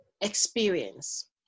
experience